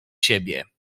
siebie